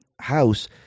house